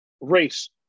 race